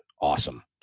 awesome